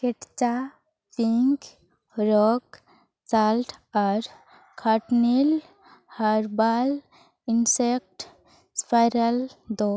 ᱠᱮᱪ pink rock salt ᱟᱨ ᱠᱷᱟᱴᱱᱤᱞ herbal insect spray ᱫᱚ